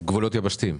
גבולות יבשתיים.